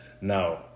Now